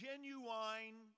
Genuine